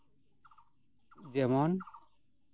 ᱡᱮᱢᱚᱱ